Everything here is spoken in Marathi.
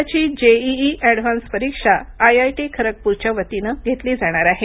यंदाची जेईई एडव्हान्स परीक्षा आयआयटी खरगपूरच्या वतीनं घेतली जाणार आहे